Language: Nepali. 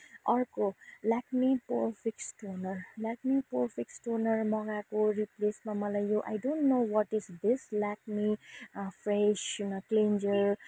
अर्को Lakme pore fix toner Lakme pore fix toner मगाएको रिप्लेसमा मलाई यो I don't know what is this Lakme face cleanser